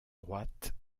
droite